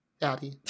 Daddy